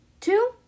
two